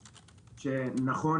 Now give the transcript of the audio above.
נכון,